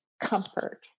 comfort